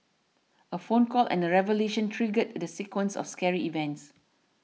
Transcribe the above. a phone call and a revelation triggered the sequence of scary events